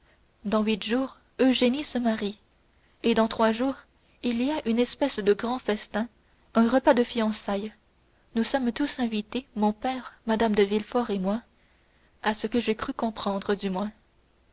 dans huit jours eugénie se marie et dans trois jours il y a une espèce de grand festin un repas de fiançailles nous sommes tous invités mon père mme de villefort et moi à ce que j'ai cru comprendre du moins